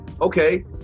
okay